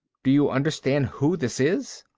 do you understand who this is?